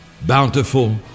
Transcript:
bountiful